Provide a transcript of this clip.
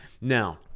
Now